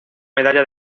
medalla